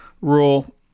rule